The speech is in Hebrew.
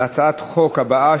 להצעת החוק הבאה,